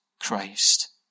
Christ